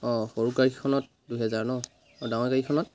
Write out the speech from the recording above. অঁ সৰু গাড়ীকেইখনত দুহেজাৰ ন আৰু ডাঙৰ গাড়ীখনত